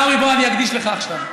תראה, עיסאווי, בוא, אני אקדיש לך עכשיו.